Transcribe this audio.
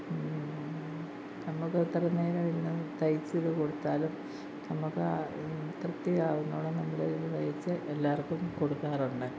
നമുക്ക് എത്ര നേരം ഇരുന്ന് തയ്ച്ച് കൊടുത്താലും നമുക്ക് തൃപ്തിയാവുന്നിടം നമ്മളിത് തയ്ച്ച് എല്ലാവർക്കും കൊടുക്കാറുണ്ട്